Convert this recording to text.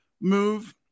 move